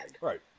Right